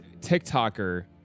TikToker